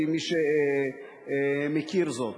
מי שמכיר זאת.